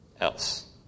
else